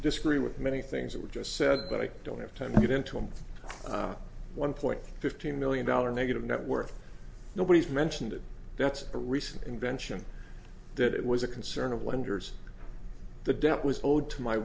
disagree with many things that we just said but i don't have time to get into a one point fifteen million dollar negative net worth nobody's mentioned and that's a recent invention that it was a concern of lenders the debt was owed to my